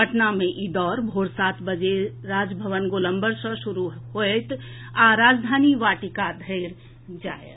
पटना मे इ दौड़ भोर सात बजे राजभवन गोलम्बर सँ शुरू होएत आ राजधानी वाटिका धरि जाएत